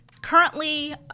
Currently